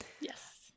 Yes